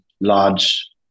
large